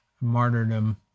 martyrdom